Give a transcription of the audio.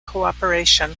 cooperation